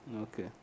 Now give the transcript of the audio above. okay